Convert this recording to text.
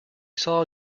saw